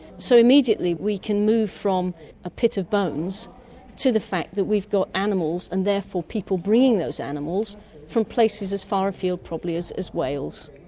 so immediately we can move from a pit of bones to the fact that we've got animals and therefore people bringing those animals from places as far afield probably as as wales.